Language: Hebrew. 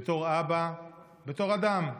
בתור אבא, בתור אדם,